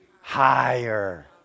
higher